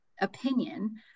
opinion